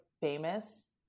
famous